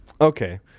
Okay